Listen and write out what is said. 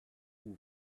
who